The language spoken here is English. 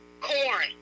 corn